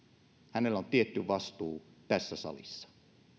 hänellä on tietty vastuu tässä salissa